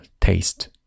taste